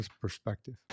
perspective